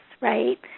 right